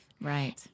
Right